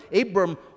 abram